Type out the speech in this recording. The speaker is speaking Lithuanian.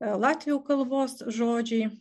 latvių kalbos žodžiai